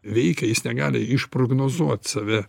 veikia jis negali išprognozuot save